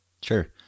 Sure